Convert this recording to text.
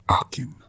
akin